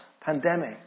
pandemic